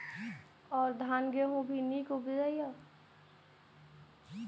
और धान गेहूँ भी निक उपजे ईय?